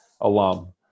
alum